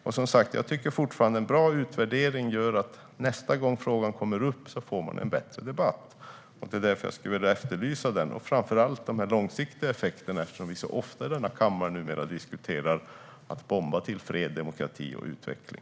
En bra utvärdering leder som sagt till att vi får en bättre debatt nästa gång frågan kommer upp. Jag vill därför efterlysa en sådan utvärdering, framför allt av de långsiktiga effekterna, eftersom vi ofta i den här kammaren diskuterar om man ska bomba fram fred, demokrati och utveckling.